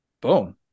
Boom